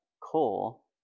coal